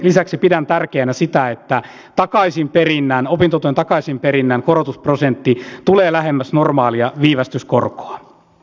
lisäksi pidän tärkeänä sitä että opintotuen takaisinperinnän korotusprosentti tulee lähemmäs normaalia viivästyskorkoa